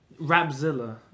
Rapzilla